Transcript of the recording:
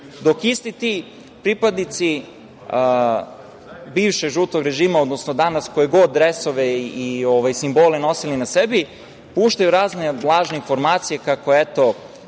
dok isti ti pripadnici bivšeg žutog režima, odnosno danas koje god dresove i simbole nosili na sebi, puštaju razne lažne informacije, kako eto,